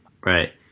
right